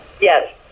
Yes